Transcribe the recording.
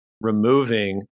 removing